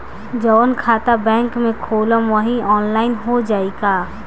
जवन खाता बैंक में खोलम वही आनलाइन हो जाई का?